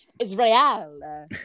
Israel